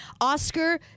Oscar